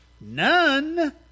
none